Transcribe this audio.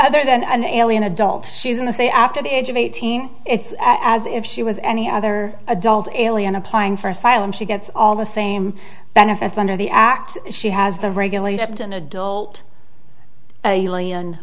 e that an alien adult she's in the say after the age of eighteen it's as if she was any other adult alien applying for asylum she gets all the same benefits under the act she has the regulator up to an adult